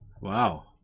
Wow